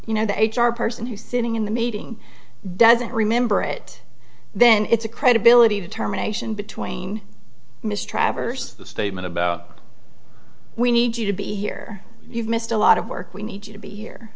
you know the h r person who's sitting in the meeting doesn't remember it then it's a credibility determination between mr traverse the statement about we need you to be here you've missed a lot of work we need you to be here